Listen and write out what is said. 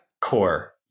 core